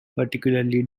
particularly